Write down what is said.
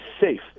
safe